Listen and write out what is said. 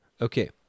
Okay